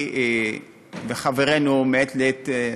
וחברינו מעת לעת,